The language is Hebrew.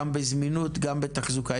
גם בזמינות גם בתחזוקה?